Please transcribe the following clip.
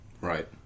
Right